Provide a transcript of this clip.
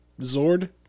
Zord